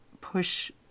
push